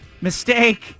mistake